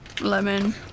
Lemon